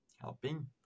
helping